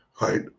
Right